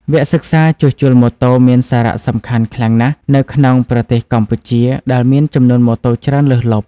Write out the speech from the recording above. វគ្គសិក្សាជួសជុលម៉ូតូមានសារៈសំខាន់ខ្លាំងណាស់នៅក្នុងប្រទេសកម្ពុជាដែលមានចំនួនម៉ូតូច្រើនលើសលប់។